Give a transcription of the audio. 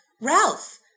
Ralph